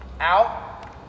out